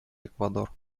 эквадор